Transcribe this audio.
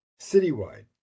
Citywide